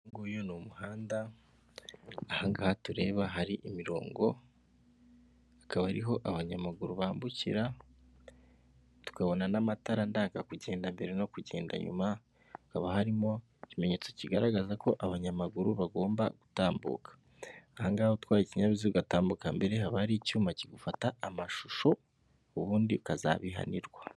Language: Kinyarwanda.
Uyunguyu ni umuhanda ahangaha tureba hari imirongo akaba ariho abanyamaguru bambukira, tukabona n'amatara ndanga kugenda mbere no kugenda nyuma, hakaba harimo ikimenyetso kigaragaza ko abanyamaguru bagomba gutambuka, ahangaha utwaye ikinyabiziga agatambuka mbere haba hari icyuma kigufata amashusho ubundi ukazabihanirwa.